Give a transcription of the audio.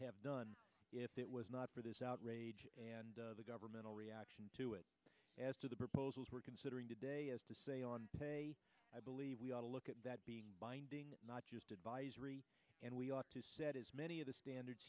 have done if it was not for this outrage and the governmental reaction to it as to the proposals we're considering today is to say on i believe we ought to look at that being binding not just advisory and we ought to set as many of the standards